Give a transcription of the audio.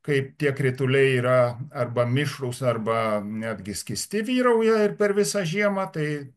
kai tie krituliai yra arba mišrūs arba netgi skysti vyrauja ir per visą žiemą tai